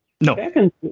No